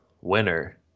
winner